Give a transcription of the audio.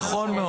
נכון מאוד.